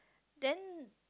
then